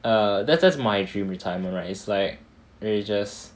err that's just my dream retirement right it's like ages